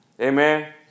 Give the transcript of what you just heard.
Amen